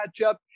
matchup